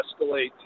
escalate